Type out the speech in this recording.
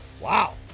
Wow